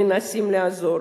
מנסים לעזור,